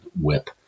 WHIP